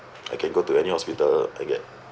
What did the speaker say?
I can go to any hospital I get